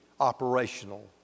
operational